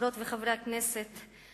חברות וחברי הכנסת,